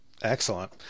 excellent